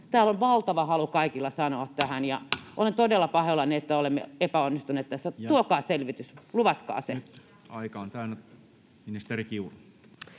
Täällä on valtava halu kaikilla sanoa tähän. Ja olen todella pahoillani, että olemme epäonnistuneet tässä. Tuokaa selvitys, luvatkaa se.